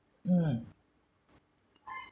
mm